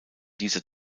dieser